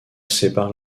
sépare